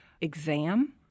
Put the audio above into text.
exam